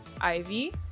ivy